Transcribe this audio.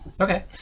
Okay